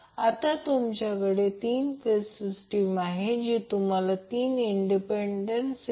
तर आता या गोष्टीमध्ये आपण काही सोपी साधी उदाहरणे तीन चार उदाहरणे घेऊ